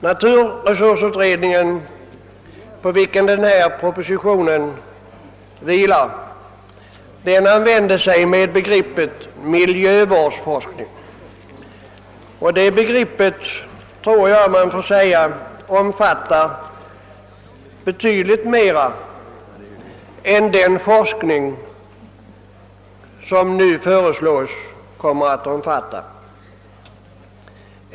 Naturresursutredningen, på vilken förevarande proposition vilar, använder begreppet »miljövårdsforskning», och detta begrepp måste anses omfatta ett betydligt större område än den nu föreslagna forskningen.